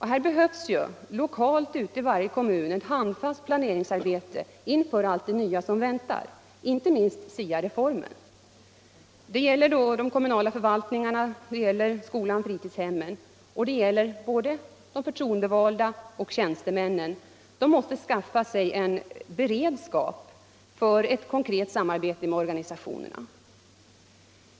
Här behövs lokalt i varje kommun ett handfast planeringsarbete inför allt det nya som väntar, inte minst STA reformen. Det gäller de kommunala förvaltningarna, skolan och fritidshemmen. Och det gäller både de förtroendevalda och tjänstemännen. De måste skaffa sig beredskap för ett konkret samarbete med organisationerna.